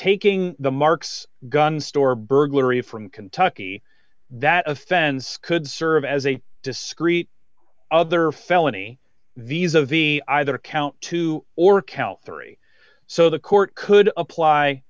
taking the marks gun store burglary from kentucky that offense could serve as a discrete other felony visa vi either count two or count three so the court could apply